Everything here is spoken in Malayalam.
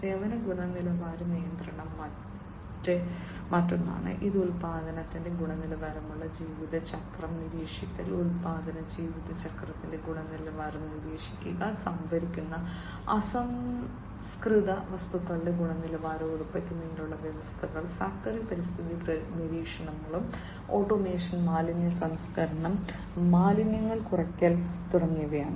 സേവന ഗുണനിലവാര നിയന്ത്രണം മറ്റൊന്നാണ് ഇത് ഉൽപ്പന്നത്തിന്റെ ഗുണനിലവാരമുള്ള ജീവിത ചക്രം നിരീക്ഷിക്കൽ ഉൽപ്പന്ന ജീവിത ചക്രത്തിന്റെ ഗുണനിലവാരം നിരീക്ഷിക്കൽ സംഭരിക്കുന്ന അസംസ്കൃത വസ്തുക്കളുടെ ഗുണനിലവാരം ഉറപ്പാക്കുന്നതിനുള്ള വ്യവസ്ഥകൾ ഫാക്ടറി പരിസ്ഥിതി നിരീക്ഷണവും ഓട്ടോമേഷനും മാലിന്യ സംസ്കരണം മാലിന്യങ്ങൾ കുറയ്ക്കൽ തുടങ്ങിയവയാണ്